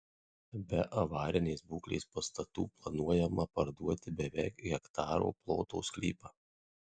be avarinės būklės pastatų planuojama parduoti beveik hektaro ploto sklypą